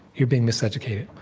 you're being miseducated.